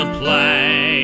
play